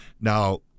Now